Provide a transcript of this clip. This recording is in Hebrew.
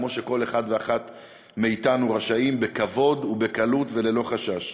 כמו שכל אחד ואחת מאתנו רשאים בכבוד ובקלות וללא חשש.